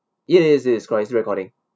yes yes it is it is recording